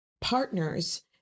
partners